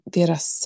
deras